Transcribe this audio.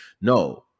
No